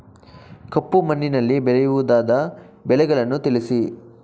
ಕಪ್ಪು ಮಣ್ಣಿನಲ್ಲಿ ಬೆಳೆಯಬಹುದಾದ ಬೆಳೆಗಳನ್ನು ತಿಳಿಸಿ?